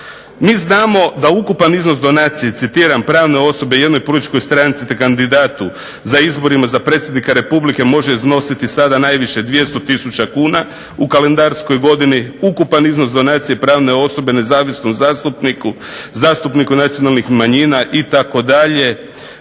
Mi znamo da ukupan iznos donacije, citiram, pravne osobe jednoj političkoj stranci te kandidatu za izborima za predsjednika Republike može iznositi sada najviše 200 tisuća kuna u kalendarskoj godini. Ukupan iznos donacije pravne osobe nezavisnom zastupniku, zastupniku nacionalnih manjina itd.,